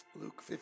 Luke